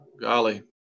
golly